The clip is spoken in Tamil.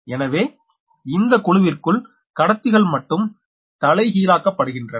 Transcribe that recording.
எனவே இந்த குழுவிற்குள் கடத்திகள் மட்டும் தலைகீழாக்கப்படுகின்றன